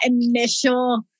initial